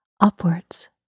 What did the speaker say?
upwards